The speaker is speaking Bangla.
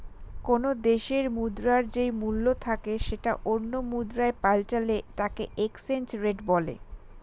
কোনো দেশের মুদ্রার যেই মূল্য থাকে সেটা অন্য মুদ্রায় পাল্টালে তাকে এক্সচেঞ্জ রেট বলে